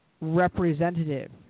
representative